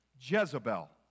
Jezebel